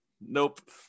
Nope